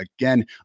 Again